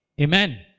Amen